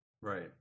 Right